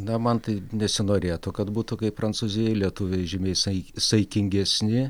na man tai nesinorėtų kad būtų kaip prancūzijai lietuviai žymiai sai saikingesni